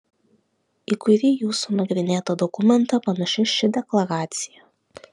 į kurį jūsų nagrinėtą dokumentą panaši ši deklaracija